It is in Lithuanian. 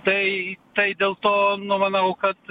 tai tai dėl to nu manau kad